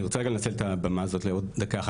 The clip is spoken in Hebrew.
אני רוצה רגע לנצל את הבמה הזאת לעוד דקה אחת